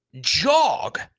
jog